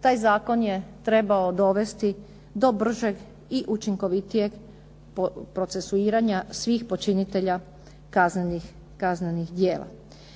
taj zakon je trebao dovesti do bržeg i učinkovitijeg procesuiranja svih počinitelja kaznenih djela.